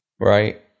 right